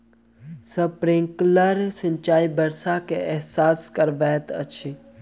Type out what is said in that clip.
sprinkler सिचाई वर्षा के एहसास करबैत अछि